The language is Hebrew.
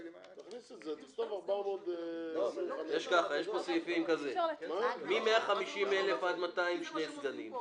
יש פה סעיף שמ-150,000 עד 200,000 שני סגנים,